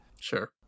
Sure